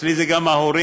אצלי זה גם ההורים.